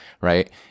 Right